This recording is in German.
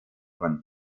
von